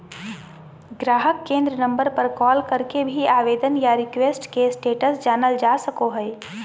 गाहक केंद्र नम्बर पर कॉल करके भी आवेदन या रिक्वेस्ट के स्टेटस जानल जा सको हय